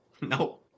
no